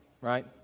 right